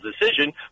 decision